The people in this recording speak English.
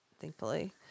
thankfully